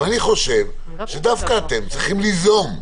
אבל אני חושב שדווקא אתם צריכים ליזום,